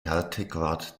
härtegrad